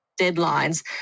deadlines